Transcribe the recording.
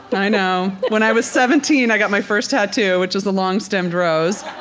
but i know, when i was seventeen, i got my first tattoo, which was a long-stemmed rose.